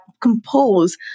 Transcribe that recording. compose